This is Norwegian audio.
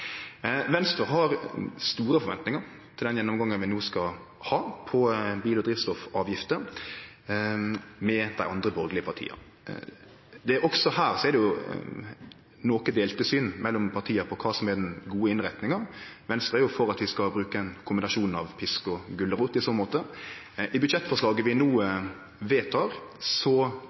Venstre har store forventningar til den gjennomgangen vi no skal ha av bil- og drivstoffavgifter med dei andre borgarlege partia. Også her er det noko delt syn mellom partia på kva som er den gode innretninga. Venstre er for at vi skal bruke ein kombinasjon av pisk og gulrot i så måte. I budsjettforslaget vi no